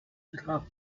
betraf